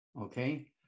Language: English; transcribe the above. Okay